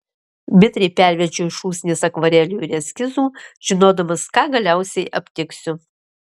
mitriai perverčiau šūsnis akvarelių ir eskizų žinodamas ką galiausiai aptiksiu